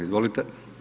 Izvolite.